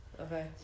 okay